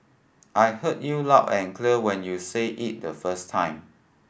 I heard you loud and clear when you said it the first time